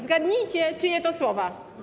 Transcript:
Zgadnijcie, czyje to słowa?